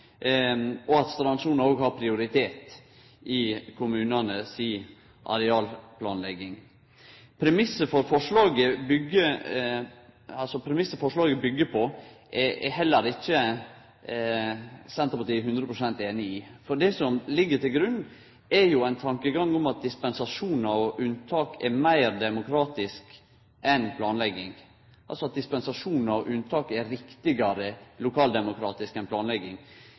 og at strandsona òg har prioritet i kommunane si arealplanlegging. Premissen forslaget byggjer på, er heller ikkje Senterpartiet 100 pst. einig i. Det som ligg til grunn, er jo ein tankegang om at dispensasjonar og unntak er meir demokratisk enn planlegging, altså at dispensasjonar og unntak er riktigare lokaldemokratisk enn planlegging. Det er eg ueinig i. Faktisk er dei prosessane ein har kring planlegging